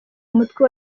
umutwe